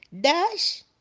Dash